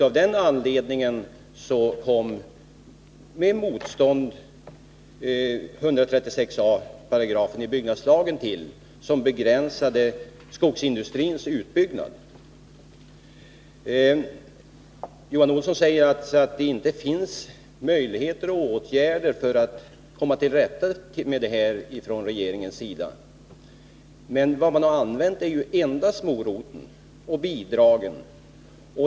Av den anledningen tillkom — under motstånd — 136 a § i byggnadslagen, som begränsade skogsindustrins utbyggnad. Johan Olsson säger att regeringen inte har möjligheter att vidta åtgärder för att komma till rätta med detta problem. Men vad man har använt är ju endast moroten och bidragen.